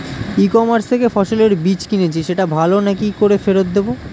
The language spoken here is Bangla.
ই কমার্স থেকে ফসলের বীজ কিনেছি সেটা ভালো না কি করে ফেরত দেব?